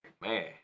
man